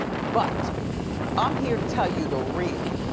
but i'm here to tell you the real,